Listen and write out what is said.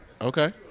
Okay